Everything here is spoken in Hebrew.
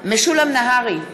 משולם נהרי,